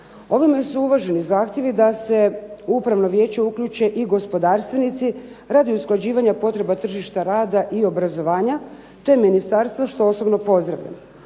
Ovime su uvaženi zahtjevi da se u upravno vijeće uključe i gospodarstvenici radi usklađivanja potreba tržišta rada i obrazovanja, te ministarstvo što osobno pozdravljam.